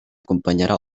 acompanyarà